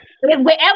wherever